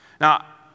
Now